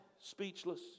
speechless